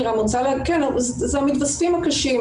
אני גם רוצה לעדכן, זה המתווספים הקשים.